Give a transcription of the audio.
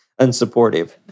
unsupportive